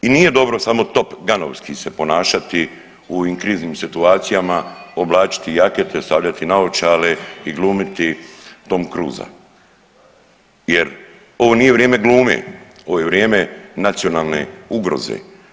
I nije dobro samo top ganovski se ponašati u ovim kriznim situacijama, oblačiti jakete, stavljati naočale i glumiti Tom Cruisa, jer ovo nije vrijeme glume, ovo je vrijeme nacionalne ugroze.